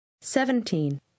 Seventeen